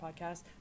Podcast